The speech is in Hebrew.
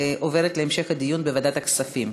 עוברת להמשך דיון בוועדת הכספים.